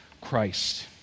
Christ